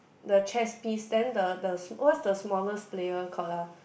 the chess piece then the the what's the small player called ah